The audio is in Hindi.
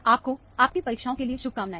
आपको आपके परीक्षाओं के लिए शुभ कामनाएं